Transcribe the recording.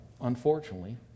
unfortunately